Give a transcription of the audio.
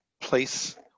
place